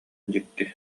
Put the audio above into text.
дьикти